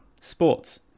sports